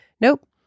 Nope